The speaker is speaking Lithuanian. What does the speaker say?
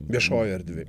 viešoj erdvėj